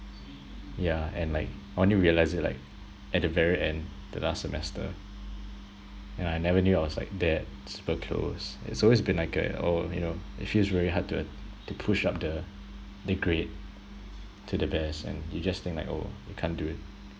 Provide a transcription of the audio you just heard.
yeah and like I only realise it like at the very end the last semester and I never knew I was like that super close it's always been like a oh you know it feels very hard to uh to push up the the grade to the best and you just think like oh you can't do it